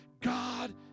God